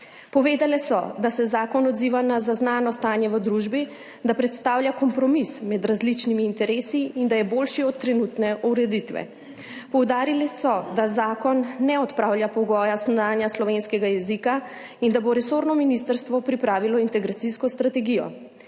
Povedale so, da se zakon odziva na zaznano stanje v družbi, da predstavlja kompromis med različnimi interesi in da je boljši od trenutne ureditve. Poudarile so, da zakon ne odpravlja pogoja znanja slovenskega jezika in da bo resorno ministrstvo pripravilo integracijsko strategijo.